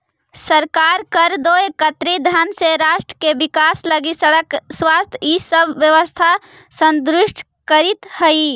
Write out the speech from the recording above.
सरकार कर दो एकत्रित धन से राष्ट्र के विकास लगी सड़क स्वास्थ्य इ सब व्यवस्था सुदृढ़ करीइत हई